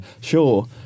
sure